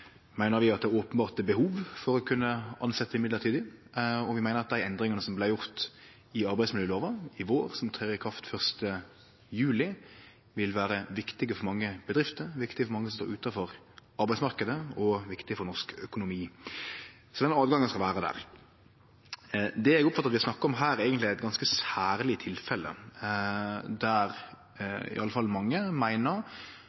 meiner vi at det openbert er behov for å kunne tilsetje mellombels, og vi meiner at dei endringane som vart gjorde i arbeidsmiljølova i vår, og som trer i kraft 1. juli, vil vere viktige for mange bedrifter, viktige for mange som står utanfor arbeidsmarknaden, og viktige for norsk økonomi. Så den moglegheita skal vere der. Det eg oppfattar at vi snakkar om her, er eigentleg ganske særlege tilfelle der